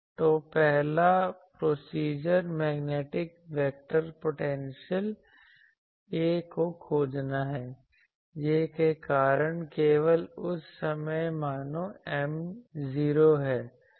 तो पहला procedure magnetic vector potential A को खोजना है J के कारण केवल उस समय मानो M 0 है